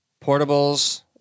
portables